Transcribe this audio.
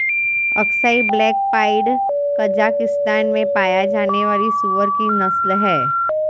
Aksai black pied Kazakhstan में पाया जाने वाली सूअर की नस्ल है